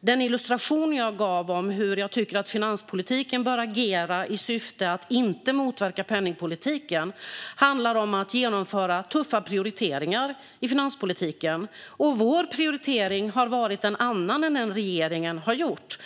den illustration jag gav av hur jag tycker att finanspolitiken bör agera i syfte att inte motverka penningpolitiken. Det handlar om att genomföra tuffa prioriteringar i finanspolitiken. Vår prioritering har varit en annan än den regeringen har gjort.